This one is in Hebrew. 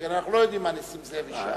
שכן אנחנו לא יודעים מה נסים זאב ישאל.